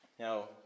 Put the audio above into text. Now